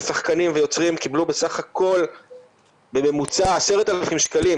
שחקנים ויוצרים קיבלו בסך הכול בממוצע 10,000 שקלים.